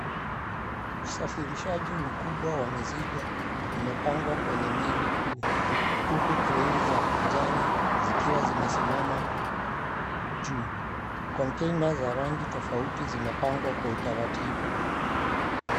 Usafirishaji mkubwa wa mizigo imepangwa kwenye meli kubwa huku kreni za kijani zikiwa zimesimama juu. Konteina za rangi tofauti zimepangwa kwa utaratibu.